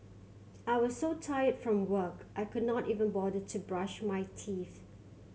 I was so tired from work I could not even bother to brush my teeth